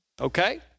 okay